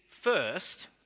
first